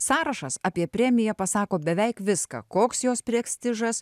sąrašas apie premiją pasako beveik viską koks jos prestižas